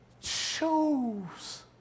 Choose